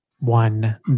One